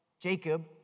Jacob